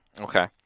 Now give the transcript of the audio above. Okay